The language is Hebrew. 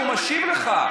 הוא משיב לך,